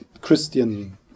Christian